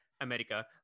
America